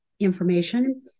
information